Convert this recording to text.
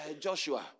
Joshua